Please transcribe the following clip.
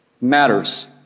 Matters